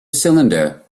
cylinder